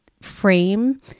frame